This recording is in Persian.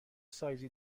سایزی